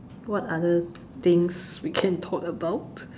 what other things we can talk about